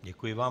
Děkuji vám.